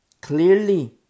Clearly